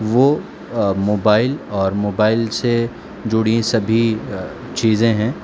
وہ موبائل اور موبائل سے جڑی سبھی چیزیں ہیں